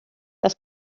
das